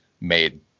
made